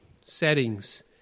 settings